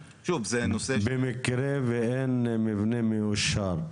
במקרה ואין מבנה מיושב.